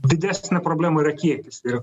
didesnė problema yra kiekis tai yra